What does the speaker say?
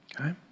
okay